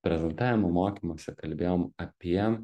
prezentavimo mokymuose kalbėjom apie